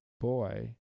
boy